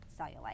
cellulite